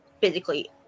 physically